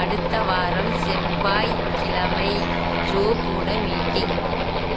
அடுத்த வாரம் செவ்வாய்கிழமை ஜோ கூட மீட்டிங்